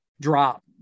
drop